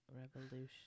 revolution